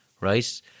right